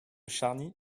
charny